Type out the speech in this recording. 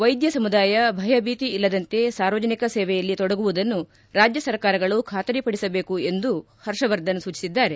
ವೈದ್ಯ ಸಮುದಾಯ ಭಯ ಭೀತಿ ಇಲ್ಲದಂತೆ ಸಾರ್ವಜನಿಕ ಸೇವೆಯಲ್ಲಿ ತೊಡಗುವುದನ್ನು ರಾಜ್ಕ ಸರ್ಕಾರಗಳು ಬಾತರಿಪಡಿಸಬೇಕು ಎಂದೂ ಹರ್ಷವರ್ಧನ್ ಸೂಚಿಸಿದ್ದಾರೆ